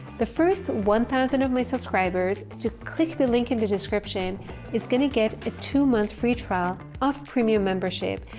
the first one thousand of my subscribers to click the link in the description is going to get a two-month free trial of premium membership,